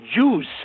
Jews